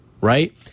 right